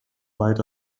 weit